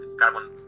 carbon